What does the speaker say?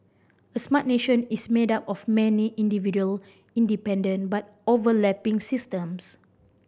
a smart nation is made up of many individual independent but overlapping systems